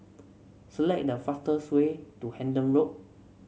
select the fastest way to Hendon Road